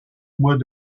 mois